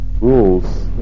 rules